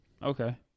Okay